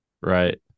right